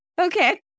okay